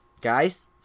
guys